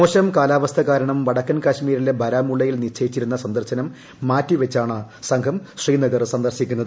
മോശം കാലാവസ്ഥ കാരണം വടക്കൻ കാശ്മിരിലെ ബാരമുള്ളയിൽ നിശ്ചയിച്ചിരുന്ന സന്ദർശനം മാറ്റിവച്ചാണ് സംഘം ശ്രീനഗർ സന്ദർശിക്കുന്നത്